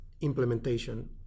implementation